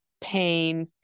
pain